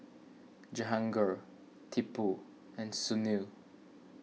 Jehangirr Tipu and Sunil